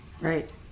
Right